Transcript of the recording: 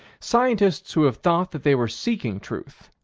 scientists who have thought that they were seeking truth,